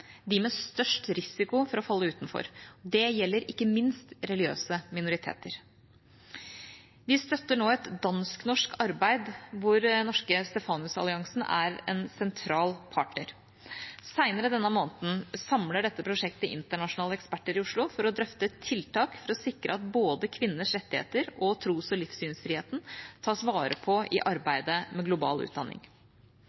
med størst risiko for å falle utenfor. Det gjelder ikke minst religiøse minoriteter. Vi støtter nå et dansk–norsk arbeid hvor den norske Stefanusalliansen er en sentral partner. Senere denne måneden samler dette prosjektet internasjonale eksperter i Oslo for å drøfte tiltak for å sikre at både kvinners rettigheter og tros- og livssynsfriheten tas vare på i